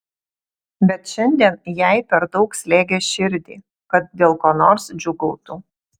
bet šiandien jai per daug slėgė širdį kad dėl ko nors džiūgautų